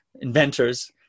inventors